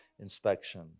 inspection